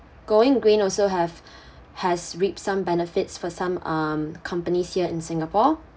going green also have has reaped some benefits for some um companies here in singapore